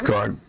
God